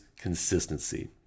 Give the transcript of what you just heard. consistency